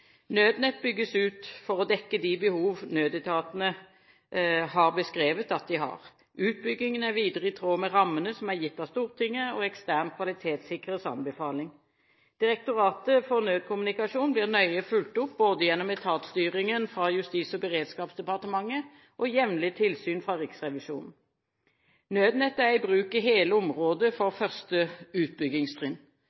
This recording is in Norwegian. Nødnett bygges ut for å dekke de behov nødetatene har beskrevet at de har. Utbyggingen er videre i tråd med rammene som er gitt av Stortinget, og ekstern kvalitetssikrers anbefaling. Direktoratet for nødkommunikasjon blir nøye fulgt opp, både gjennom etatsstyringen fra Justis- og beredskapsdepartementet og jevnlig tilsyn fra Riksrevisjonen. Nødnett er i bruk i hele området for